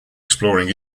exploring